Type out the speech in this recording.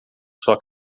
sua